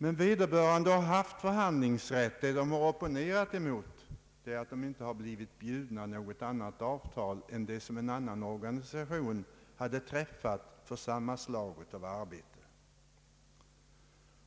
Men samtliga av de nämnda har haft förhandlingsrätt. Vad de opponerat mot är att de inte har blivit erbjudna något annat avtal än det som en annan organisation tidigare träffat för samma slags arbete.